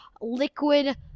liquid